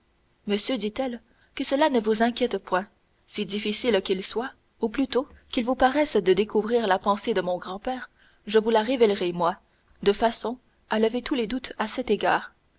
monsieur dit-elle que cela ne vous inquiète point si difficile qu'il soit ou plutôt qu'il vous paraisse de découvrir la pensée de mon grand-père je vous la révélerai moi de façon à lever tous les doutes à cet égard